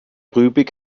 rübig